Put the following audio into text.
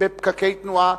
בפקקי תנועה.